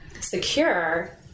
secure